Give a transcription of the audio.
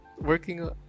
working